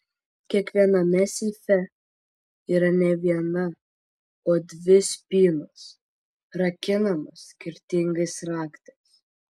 kiekviename seife yra ne viena o dvi spynos rakinamos skirtingais raktais